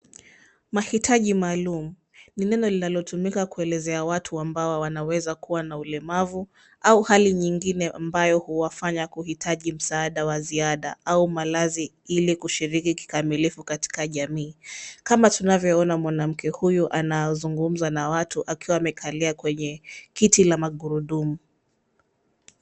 Mahitaji maalum, ni neno linalotumika kuelezea watu ambao wanaweza kuwa na ulemavu, au hali nyingine ambayo huwafanya kuhitaji msaada wa ziada au malazi ili kushiriki kikamilifu katika jamii. Kama tunavyoona, mwanamke huyu anazungumza na watu akiwa amekalia kwenye kiti la magurudumu